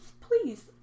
please